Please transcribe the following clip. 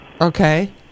Okay